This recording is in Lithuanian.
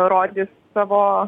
rodys savo